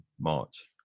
March